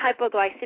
hypoglycemia